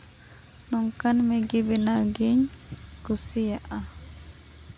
ᱱᱚᱝᱠᱟᱱ ᱢᱮᱜᱤ ᱵᱮᱱᱟᱣ ᱜᱤᱧ ᱠᱩᱥᱤᱭᱟᱜᱼᱟ